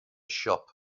shop